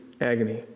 agony